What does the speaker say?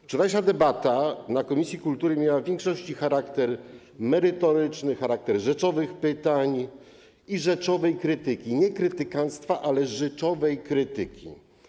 Wczorajsza debata na posiedzeniu komisji kultury miała w większości charakter merytoryczny, charakter rzeczowych pytań i rzeczowej krytyki, nie krytykanctwa, ale rzeczowej krytyki.